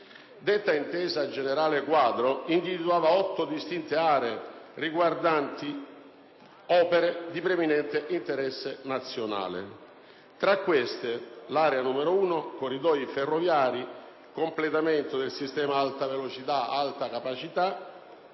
Detta Intesa generale quadro individuava otto distinte aree riguardanti opere di preminente interesse nazionale. Tra queste, l'area n. 1 (Corridoi ferroviari: completamento del sistema Alta velocità/Alta capacità